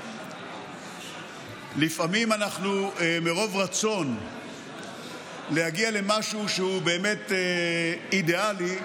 לפעמים מרוב רצון להגיע למשהו שהוא באמת אידיאלי,